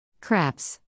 Craps